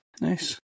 Nice